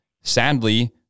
sadly